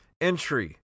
entry